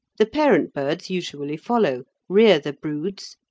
the parent birds usually follow, rear the broods,